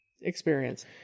experience